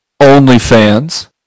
OnlyFans